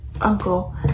uncle